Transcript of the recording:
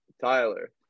Tyler